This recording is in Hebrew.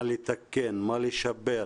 מה לתקן, מה לשפר,